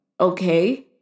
Okay